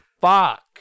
fuck